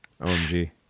OMG